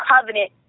covenant